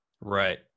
Right